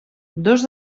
dos